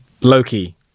loki